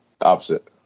Opposite